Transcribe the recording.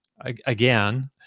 again